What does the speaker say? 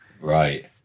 Right